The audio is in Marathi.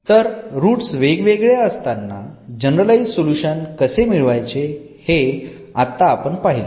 तर रूट्स वेगवेगळे असताना जनरलाईज्ड सोल्युशन कसे मिळवायचे हे आत्ता आपण पाहिले